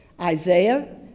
Isaiah